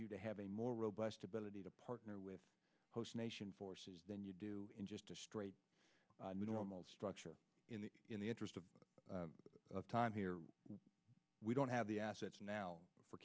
you to have a more robust ability to partner with host nation forces than you do in just a straight normal structure in the in the interest of time here we don't have the assets now for